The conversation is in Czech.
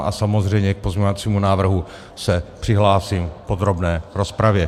A samozřejmě k pozměňovacího návrhu se přihlásím v podrobné rozpravě.